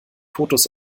fotos